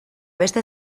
beste